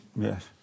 Yes